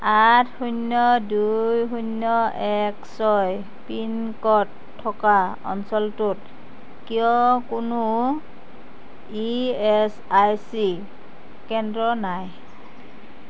আঠ শূন্য দুই শূন্য এক ছয় পিনক'ড থকা অঞ্চলটোত কিয় কোনো ই এছ আই চি কেন্দ্র নাই